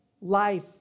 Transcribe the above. life